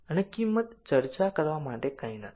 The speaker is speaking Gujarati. અને કિંમત ચર્ચા કરવા માટે કંઈ નથી